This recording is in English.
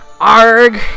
arg